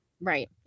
Right